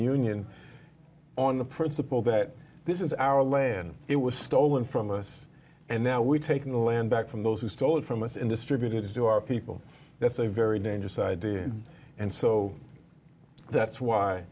union on the principle that this is our land it was stolen from us and now we're taking the land back from those who stole it from us and distributed it to our people that's a very dangerous idea and so that's why